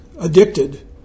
addicted